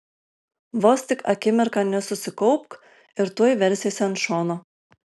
vos tik akimirką nesusikaupk ir tuoj versiesi ant šono